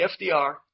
FDR